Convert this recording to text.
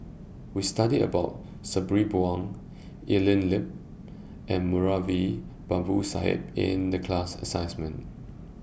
We studied about Sabri Buang Evelyn Lip and Moulavi Babu Sahib in The class assignment